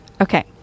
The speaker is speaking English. okay